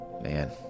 Man